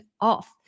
off